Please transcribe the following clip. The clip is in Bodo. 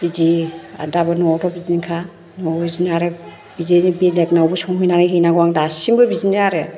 बिदि आरो दाबो न'आवथ' बिदिनोखा न'आवबो बिदिनो आरो बिदियैनो बेलेगनावबो संहैनानै हैनांगौ आं दासिमबो बिदिनो आरो